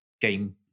game